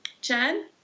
Jen